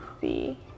see